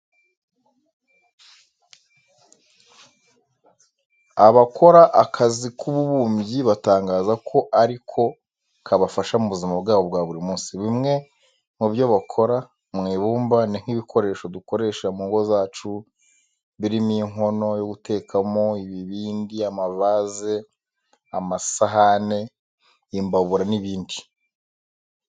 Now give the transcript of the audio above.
Abakora akazi k'ububumbyi batangaza ko ari ko kabafasha mu buzima bwabo bwa buri munsi. Bimwe mu byo bakora mu ibumba ni nk'ibikoresho dukoresha mu ngo zacu birimo inkono yo gutekamo, ibibindi, amavaze, amasahani, imbabura n'ibindi.